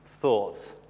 thoughts